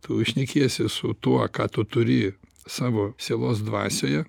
tu šnekiesi su tuo ką tu turi savo sielos dvasioje